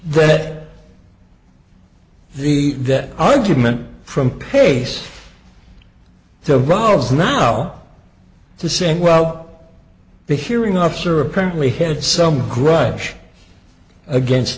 that the that argument from pace to drugs now to saying well the hearing officer apparently had some grudge against